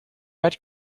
red